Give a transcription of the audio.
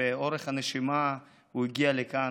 באורך נשימה הוא הגיע לכאן,